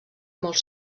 molt